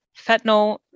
fentanyl